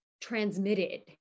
transmitted